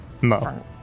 Mo